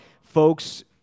folks